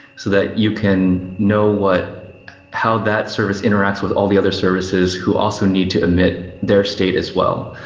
so that you can know what how that service interacts with all the other services who also need to emit their state as well.